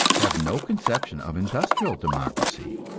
have no conception of industrial democracy,